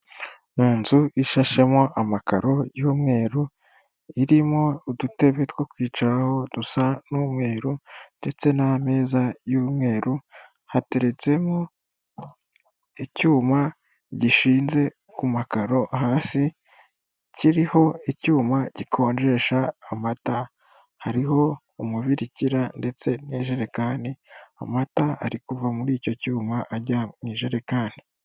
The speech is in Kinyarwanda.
Mu nzu ishashemo amakaro y'umweru irimo udutebe two kwicaraho dusa n'umweru ndetse n'ameza y'umweru hateretsemo icyuma gishinze ku makaro hasi, kiriho icyuma gikonjesha amata hariho umubirikira ndetse n'ijerekani, amata ari kuva muri icyo cyuma ajya mu ijerekani.